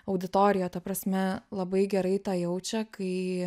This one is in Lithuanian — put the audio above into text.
auditorija ta prasme labai gerai tą jaučia kai